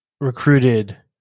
recruited